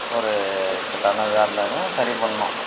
ஒரு இக்கட்டானதாக இருந்தாலும் சரி பண்ணிணோம்